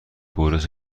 برس